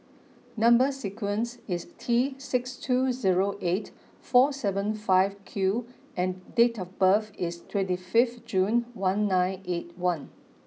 number sequence is T six two zero eight four seven five Q and date of birth is twenty fifth June one nine eight one